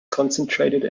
concentrated